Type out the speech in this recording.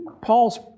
Paul's